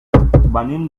venim